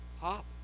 hop